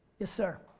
yes sir.